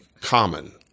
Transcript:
common